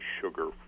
sugar